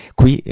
qui